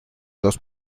dos